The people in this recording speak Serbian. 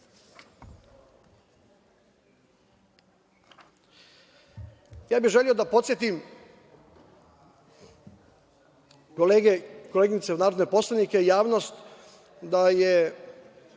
bi želeo da podsetim kolege i koleginice narodne poslanike i javnost da je